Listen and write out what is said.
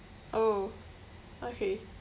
oh okay